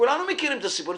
כולנו מכירים את הסיפור.